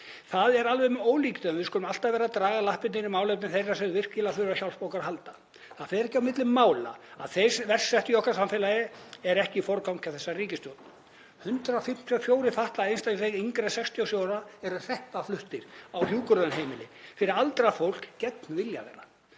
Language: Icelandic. Það er alveg með ólíkindum að við skulum alltaf vera að draga lappirnar í málefnum þeirra sem virkilega þurfa á hjálp okkar að halda. Það fer ekki á milli mála að þeir verst settu í okkar samfélagi eru ekki forgangi hjá þessari ríkisstjórn. 154 fatlaðir einstaklingar yngri en 67 ára eru hreppafluttir á hjúkrunarheimili fyrir aldrað fólk gegn vilja sínum